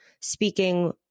speaking